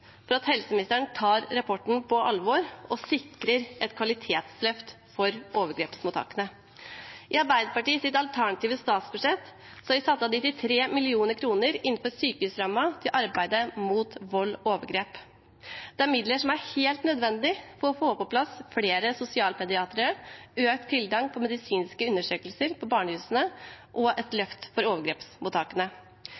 for at helseministeren tar rapporten på alvor og sikrer et kvalitetsløft for overgrepsmottakene. I Arbeiderpartiets alternative statsbudsjett har vi satt av 93 mill. kr innenfor sykehusrammen til arbeidet mot vold og overgrep. Det er midler som er helt nødvendige for å få på plass flere sosialpediatere, økt tilgang på medisinske undersøkelser på barnehusene og et